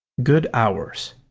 good hours